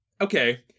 okay